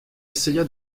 essaya